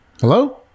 Hello